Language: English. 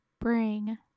bring